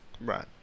Right